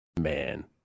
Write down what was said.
Man